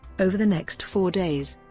over the next four days,